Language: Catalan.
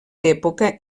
època